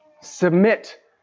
Submit